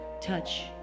touch